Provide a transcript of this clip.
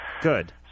Good